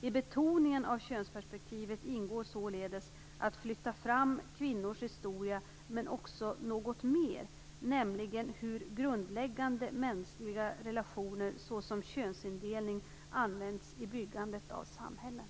I betoningen av könsperspektivet ingår således att lyfta fram kvinnors historia, men också något mer, nämligen hur grundläggande mänskliga relationer såsom könsindelning använts i byggandet av samhällen.